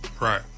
right